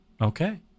Okay